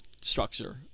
structure